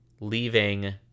leaving